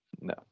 No